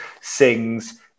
sings